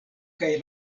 kaj